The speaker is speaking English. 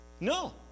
No